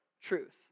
truth